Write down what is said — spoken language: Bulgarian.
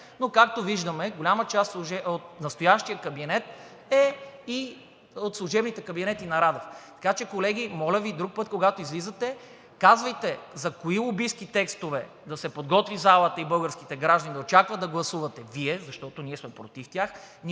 но както виждаме, голяма част от настоящия кабинет е и от служебните кабинети на Радев. Така че, колеги, моля Ви, друг път, когато излизате, казвайте за кои лобистки текстове да се подготви залата и българските граждани да очакват да гласувате Вие, защото ние сме против тях.